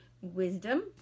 Wisdom